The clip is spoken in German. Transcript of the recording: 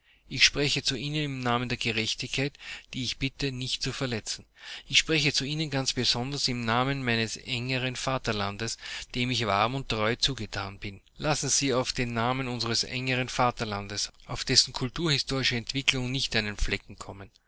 ich spreche zu ihnen im namen der gerechtigkeit die ich bitte nicht zu verletzen ich spreche zu ihnen ganz besonders im namen meines engeren vaterlandes dem ich warm und treu zugetan bin lassen sie auf den namen unseres engeren vaterlandes auf dessen kulturhistorische entwicklung nicht einen flecken kommen